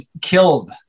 killed